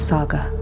Saga